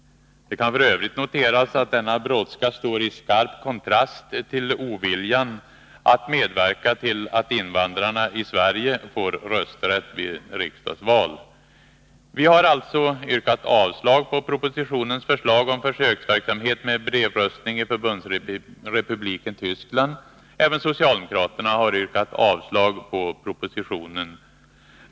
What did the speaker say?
Det kan f. ö. noteras att denna brådska står i skarp kontrast till oviljan att medverka till att invandrarna i Sverige får rösträtt vid riksdagsval. Vi har alltså yrkat avslag på propositionens förslag om försöksverksamhet med brevröstning i Förbundsrepubliken Tyskland. Även socialdemokraterna har yrkat avslag på propositionen.